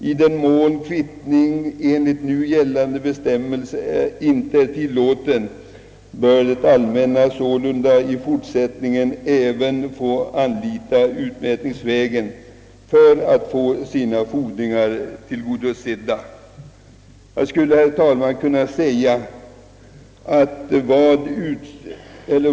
I den mån kvittning enligt nu gällande bestämmelser inte är tillåten bör det allmänna sålunda även i fortsättningen få anlita utmätningsvägen för att utfå sina fordringar.» Herr talman!